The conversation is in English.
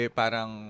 parang